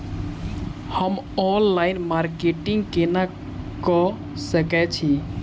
हम online marketing केना कऽ सकैत छी?